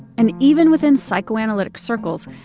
and even within psychoanalytic circles,